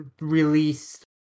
release